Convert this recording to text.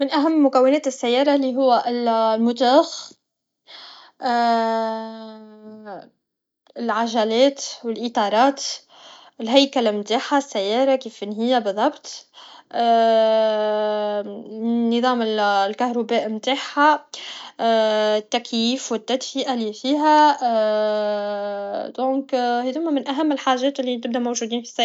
من اهم مكونات السيارة لي هو الموتوغ العجلات و الإطارات الهيكل نتاعها السيارة كيفن هي بالضبط نظام الالكهرباء نتاعها التكييف و التدفئة لي فيها دونك هاذوهما اهم الحاجات لي تبدا موجودين فالسيارة